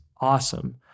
awesome